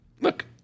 look